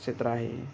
क्षेत्र आहे